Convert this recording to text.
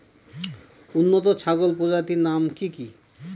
উন্নত ছাগল প্রজাতির নাম কি কি?